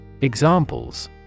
Examples